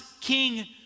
king